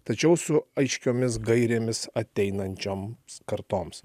tačiau su aiškiomis gairėmis ateinančioms kartoms